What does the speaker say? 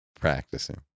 Practicing